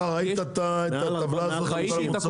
אתה ראית את הטבלה הזאת של --- מוצרים?